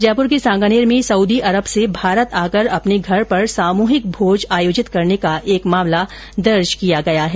जयपुर के सांगानेर में Saudi Arab से भारत आकर अपने घर पर सामूहिक भोज आयोजित करने का एक मामला दर्ज किया गया है